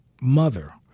mother